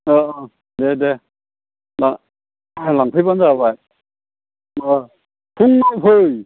औ दे दे मा आंनाव लांफैबानो जाबाय अ फुङाव फै